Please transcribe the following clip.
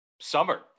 summer